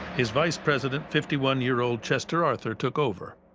his vice president, fifty one year old chester arthur, took over.